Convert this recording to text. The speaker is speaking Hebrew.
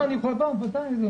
אני כל פעם, ודאי.